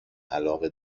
علاقه